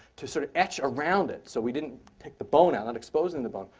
to sort of etch around it so we didn't take the bone out, not exposing the bone,